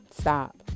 Stop